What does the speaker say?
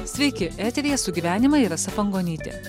sveiki eteryje sugyvenimai ir rasa pangonytė